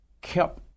kept